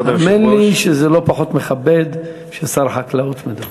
האמן לי שזה לא פחות מכבד ששר החקלאות מדבר.